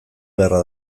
beharra